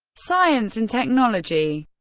science and technology